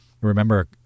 remember